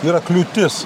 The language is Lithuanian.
yra kliūtis